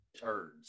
turds